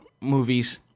movies